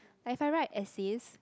if I write essays